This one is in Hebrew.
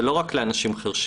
זה לא רק לאנשים חירשים,